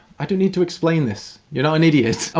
i don't need to explain this. you are not an idiot!